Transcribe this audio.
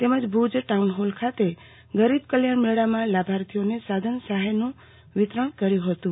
તેમજ ભુજ ટાઉનહોલ ખાતે ગરીબ કલ્યાણ મેળામાં લાભાર્થીઓને સાધન સહાયનું વિતરણ કર્યું હતું